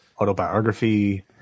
autobiography